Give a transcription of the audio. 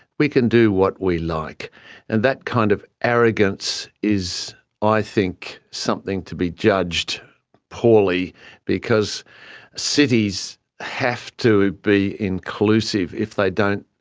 we can do what we like. and that kind of arrogance arrogance is i think something to be judged poorly because cities have to be inclusive. if they don't,